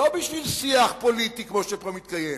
לא בשביל שיח פוליטי כמו שפה מתקיים,